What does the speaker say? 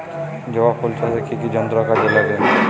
জবা ফুল চাষে কি কি যন্ত্র কাজে লাগে?